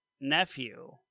nephew